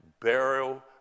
burial